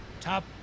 top